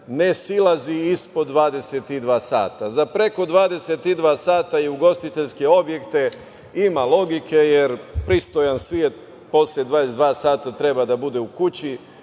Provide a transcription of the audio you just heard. ne silazi ispod 22.00 časa. Za preko 22.00 časa i ugostiteljske objekte ima logike jer pristojan svet posle 22.00 časa treba da bude u kući